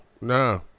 nah